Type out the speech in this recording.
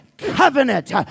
covenant